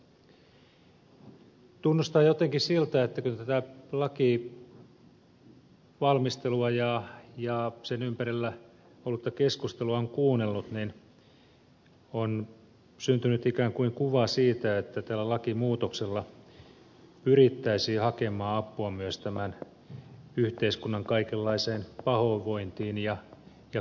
tuntuu jotenkin siltä kun tätä lainvalmistelua on seurannut ja sen ympärillä ollutta keskustelua kuunnellut että on syntynyt ikään kuin kuva siitä että tällä lakimuutoksella pyrittäisiin hakemaan apua myös tämän yhteiskunnan kaikenlaiseen pahoinvointiin ja kouluongelmiinkin